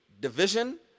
division